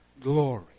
glory